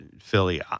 Philly